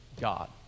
God